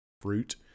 fruit